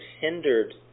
hindered